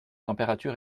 température